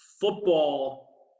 Football